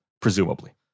presumably